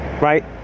right